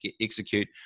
execute